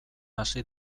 hasi